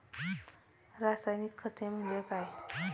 रासायनिक शेती म्हणजे काय?